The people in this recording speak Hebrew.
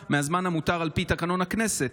ארבעה מהזמן המותר על פי תקנון הכנסת.